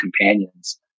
companions